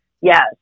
Yes